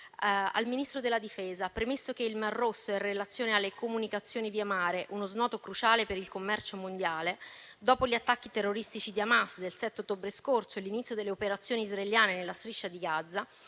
al Ministro della difesa, evidenzio in premessa che il mar Rosso è, in relazione alle comunicazioni via mare, uno snodo cruciale per il commercio mondiale; dopo gli attacchi terroristici di Hamas del 7 ottobre scorso e l'inizio delle operazioni israeliane nella striscia di Gaza,